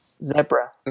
Zebra